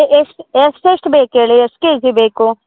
ಎಷ್ಟು ಎಷ್ಟೆಷ್ಟು ಬೇಕು ಹೇಳಿ ಎಷ್ಟು ಕೆಜಿ ಬೇಕು